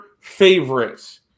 favorites